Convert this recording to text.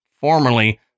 formerly